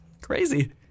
crazy